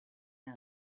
else